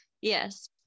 Yes